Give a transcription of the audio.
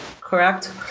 correct